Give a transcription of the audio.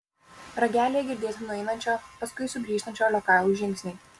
ragelyje girdėti nueinančio paskui sugrįžtančio liokajaus žingsniai